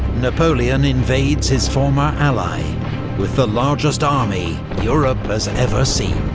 napoleon invades his former ally with the largest army europe has ever seen.